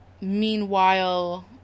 Meanwhile